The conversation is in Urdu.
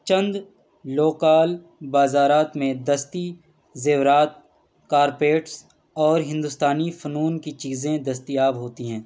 چند لوکل بازار میں دستی زیورات کارپیٹس اور ہندوستانی فنون کی چیزیں دستیاب ہوتی ہیں